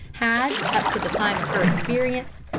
had, up to the time of her experience,